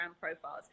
profiles